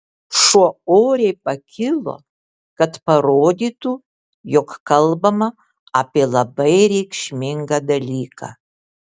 šuo oriai pakilo kad parodytų jog kalbama apie labai reikšmingą dalyką